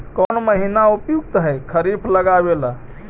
कौन महीना उपयुकत है खरिफ लगावे ला?